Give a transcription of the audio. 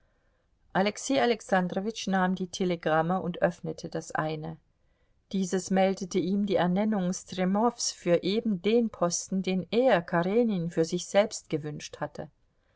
alexei alexandrowitsch nahm die telegramme und öffnete das eine dieses meldete ihm die ernennung stremows für eben den posten den er karenin für sich selbst gewünscht hatte